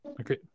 Okay